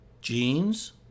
genes